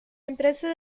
empresa